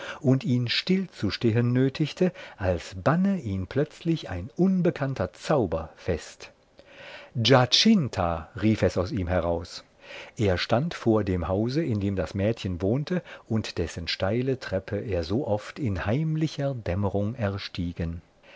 und ihn stillzustehen nötigte als banne ihn plötzlich ein unbekannter zauber fest giacinta rief es aus ihm heraus er stand vor dem hause in dem das mädchen wohnte und dessen steile treppe er so oft in heimlicher dämmerung erstiegen